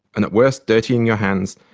and at worst dirtying your hands,